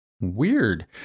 weird